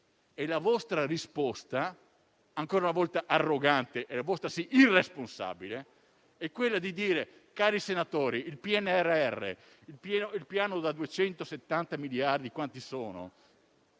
La vostra risposta, ancora una volta arrogante e irresponsabile, è quella di dire: cari senatori, il PNRR, il piano da 270 miliardi (o quanti sono),